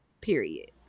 Period